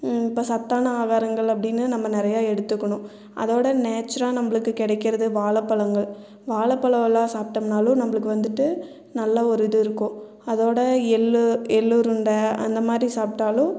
இப்போ சத்தான ஆகாரங்கள் அப்படின்னு நம்ம நிறைய எடுத்துக்கணும் அதோடு நேச்சரா நம்மளுக்கு கிடைக்கிறது வாழைப்பழங்கள் வாழைப்பழம் எல்லாம் சாப்பிட்டமுனாலும் நம்மளுக்கு வந்துவிட்டு நல்ல ஒரு இது இருக்கும் அதோடு எள்ளுருண்டை அந்தமாதிரி சாப்பிட்டாலும்